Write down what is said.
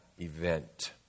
event